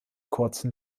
kurzen